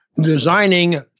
designing